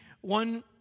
one